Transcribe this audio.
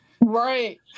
Right